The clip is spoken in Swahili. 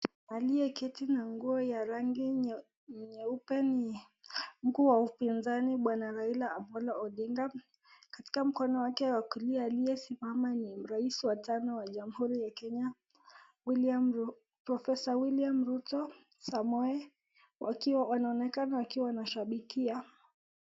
Aliyeketi na nguo ya rangi nyeupe ni mkuu wa upinzani bwana Raila Amolo Odinga, atika mkono wake wa kulia aliyesimama ni rais wa tano wa jamhuri wa Kenya professor William Rutto Samoei wakiwa wanaonekana wakiwa wanashapikia.